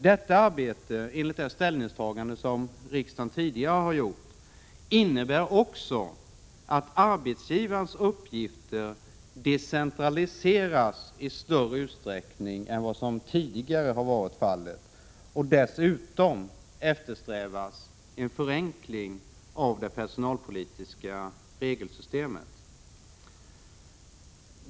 Detta arbete, enligt det ställningstagande som riksdagen tidigare har gjort, innebär också att arbetsgivarens uppgifter decentraliseras i större utsträckning än vad som tidigare har varit fallet. Dessutom eftersträvas en förenkling av det personalpolitiska regelsystemet.